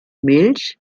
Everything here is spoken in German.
milch